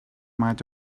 might